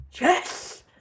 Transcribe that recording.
yes